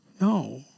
No